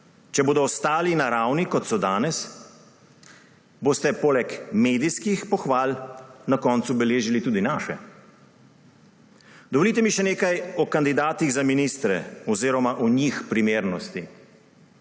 Če bodo ostali na ravni, kot so danes, boste poleg medijskih pohval na koncu beležili tudi naše. Dovolite mi še nekaj o kandidatih za ministre oziroma o njih primernosti.